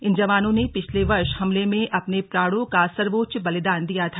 इन जवानों ने पिछले वर्ष हमले में अपने प्राणों का सर्वोच्च बलिदान दिया था